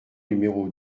numéro